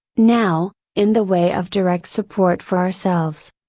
now, in the way of direct support for ourselves.